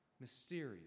mysterious